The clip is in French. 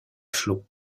flots